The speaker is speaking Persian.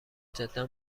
جدا